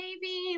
baby